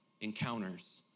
encounters